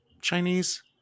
Chinese